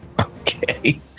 Okay